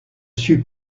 sut